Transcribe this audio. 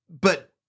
But-